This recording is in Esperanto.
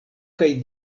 kaj